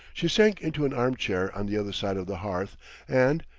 she sank into an arm-chair on the other side of the hearth and,